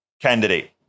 candidate